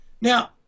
Now